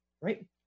Right